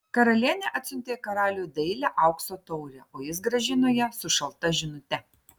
karalienė atsiuntė karaliui dailią aukso taurę o jis grąžino ją su šalta žinute